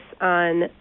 on